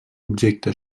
objecte